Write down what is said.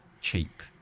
cheap